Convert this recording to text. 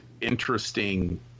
interesting